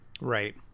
Right